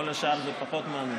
כל השאר זה פחות מעניין.